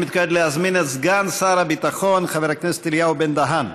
אני מתכבד להזמין את סגן שר הביטחון חבר הכנסת אליהו בן-דהן